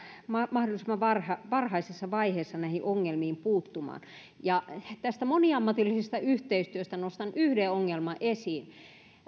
mahdollisimman varhaisessa vaiheessa näihin ongelmiin puuttumaan tästä moniammatillisesta yhteistyöstä nostan yhden ongelman esiin